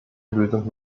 lösung